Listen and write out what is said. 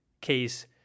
case